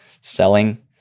selling